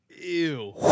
Ew